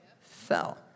fell